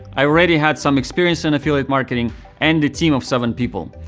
i already had some experience in affiliate marketing and a team of seven people.